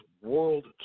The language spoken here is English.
world